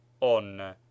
on